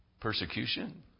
persecution